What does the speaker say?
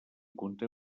conté